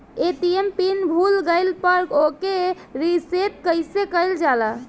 ATM pin भूल गईल पर ओके रीसेट कइसे कइल जाला?